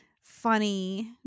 funny